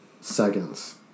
seconds